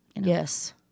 Yes